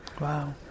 Wow